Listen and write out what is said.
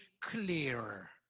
clearer